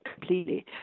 completely